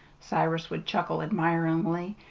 cyrus would chuckle admiringly,